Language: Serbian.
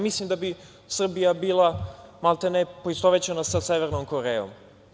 Mislim da bi Srbija bila, maltene, poistovećena sa Severnom Korejom.